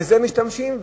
בזה משתמשים,